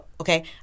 Okay